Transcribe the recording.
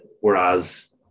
whereas